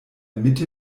mitte